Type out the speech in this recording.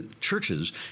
churches